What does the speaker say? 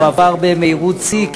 הוא עבר במהירות שיא,